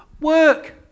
work